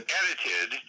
edited